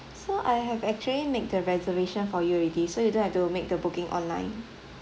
so I have actually made the reservation for you already so you don't have to make the booking online